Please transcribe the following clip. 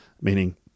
meaning